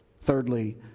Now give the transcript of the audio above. thirdly